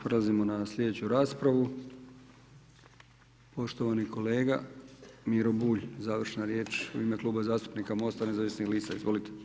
Prelazimo na slijedeću raspravu, poštovani kolega Miro Bulj, završna riječ u ime Kluba zastupnika MOST-a nezavisnih lista, izvolite.